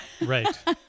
Right